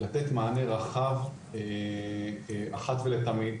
לתת מענה רחב אחת ולתמיד,